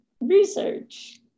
research